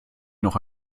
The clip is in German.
noch